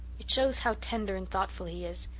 it shows how tender and thoughtful he is.